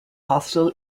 hostel